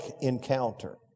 encounter